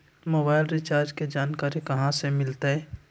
Mobile recharge के जानकारी कहा से मिलतै?